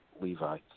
Levi